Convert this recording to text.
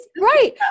right